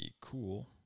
cool